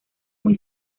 muy